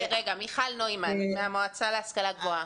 מיכל נוימן, המועצה להשכלה גבוהה.